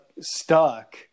stuck